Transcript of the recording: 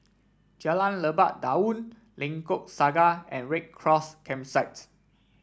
Jalan Lebat Daun Lengkok Saga and Red Cross Campsite